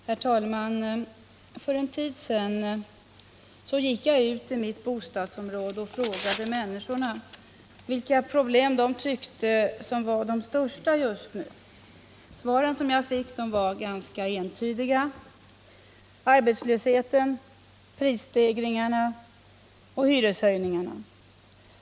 Herr talman! För en tid sedan gick jag ut i mitt bostadsområde och frågade människorna där vilka problem de tyckte var de största just nu. Svaren som jag fick var ganska entydiga: arbetslösheten, prisstegringarna och hyresstegringarna.